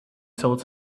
told